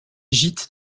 gîtes